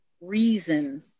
reason